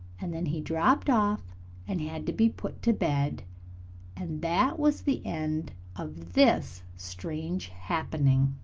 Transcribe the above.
and then he dropped off and had to be put to bed and that was the end of this strange happening.